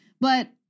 but-